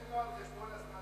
תן לו על-חשבון הזמן שלי.